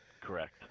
Correct